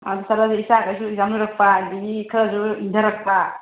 ꯑꯥ ꯆꯠꯂꯁꯨ ꯏꯆꯥ ꯈꯩꯁꯨ ꯑꯦꯛꯖꯥꯝ ꯂꯣꯏꯔꯛꯄ ꯑꯗꯒꯤ ꯈꯔꯁꯨ ꯏꯪꯊꯔꯛꯄ